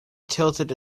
tilted